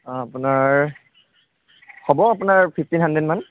আপোনাৰ হ'ব আপোনাৰ ফিফটিন হান্দ্ৰেড মান